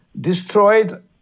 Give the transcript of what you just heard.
destroyed